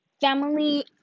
family